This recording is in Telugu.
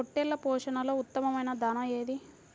పొట్టెళ్ల పోషణలో ఉత్తమమైన దాణా ఏది?